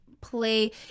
play